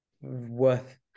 worth